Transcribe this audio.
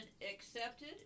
accepted